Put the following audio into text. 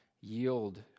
yield